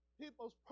people's